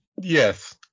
yes